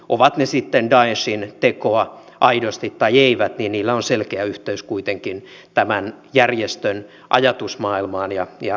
ovat ne sitten daeshin tekoa aidosti tai eivät niillä on selkeä yhteys kuitenkin tämän järjestön ajatusmaailmaan ja ideologiaan